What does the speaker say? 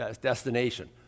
destination